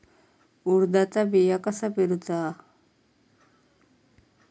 उडदाचा बिया कसा पेरूचा?